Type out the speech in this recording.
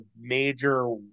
major